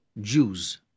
Jews